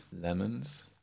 Lemons